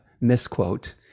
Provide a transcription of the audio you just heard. misquote